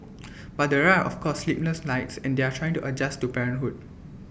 but there are of course sleepless nights and they are trying to adjust to parenthood